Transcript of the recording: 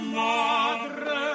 madre